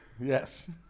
Yes